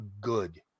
good